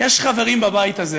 יש חברים בבית הזה